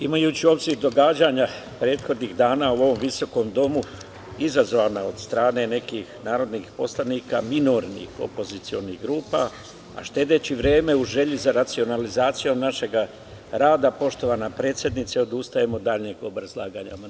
Imajući u obzir događanja prethodnih dana u ovom visokom domu, izazvana od strane nekih narodnih poslanika, minornih opozicionih grupa, a štedeći vreme u želji za racionalizacijom našega rada, poštovana predsednice, odustajem od daljnjeg obrazlaganja amandmana.